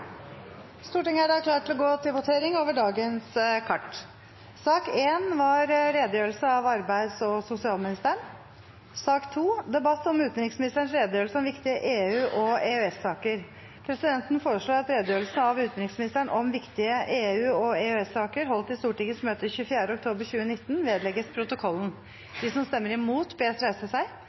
Stortinget tar nå pause, og i samsvar med den annonserte dagsordenen vil det bli votering kl. 15. Stortinget er da klar til å gå til votering. Sak nr. 1 var redegjørelse av arbeids- og sosialministeren. Presidenten foreslår at redegjørelsen av utenriksministeren om viktige EU- og EØS-saker holdt i Stortingets møte 24. oktober 2019 vedlegges protokollen.